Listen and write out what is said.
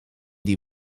die